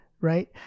right